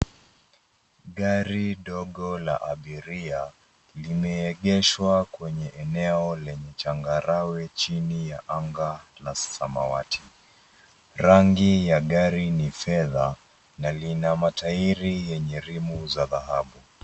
Gari dogo la abiria limeegeshwa kwenye eneo lenye changarawe chini ya anga la samawati. Rangi ya gari ni fedha na lina matairi yenye rimu za dhahabu.